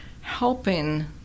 helping